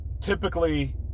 Typically